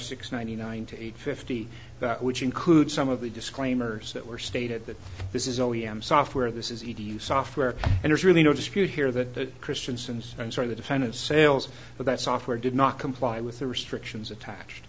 six ninety ninety eight fifty which include some of the disclaimers that were stated that this is only m software this is edu software and there's really no dispute here that the christiansen's and sorry the defendant sales but that software did not comply with the restrictions attached